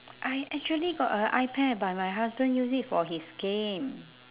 I actually got a ipad but my husband use it for his game